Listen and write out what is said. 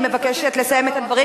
אני מבקשת לסיים את הדברים,